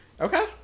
okay